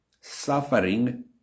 suffering